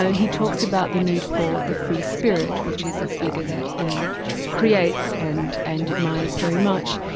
ah he talks about the need for the free spirit, which is a figure that he creates and and admires very much,